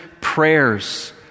prayers